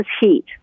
heat